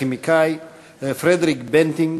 והביוכימאי פרדריק בנטינג,